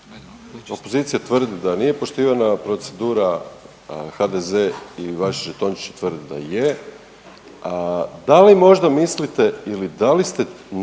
opozicija tvrdi da nije poštivana procedura, HDZ i vaši žetočići tvrde da je,